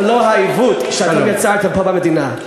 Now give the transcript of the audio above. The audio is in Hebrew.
ולא העיוות שאתם יצרתם פה במדינה.